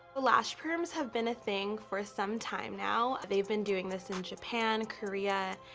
lash perms have been a thing for some time now. they've been doing this in japan, korea.